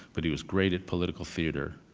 but he was great at political theater,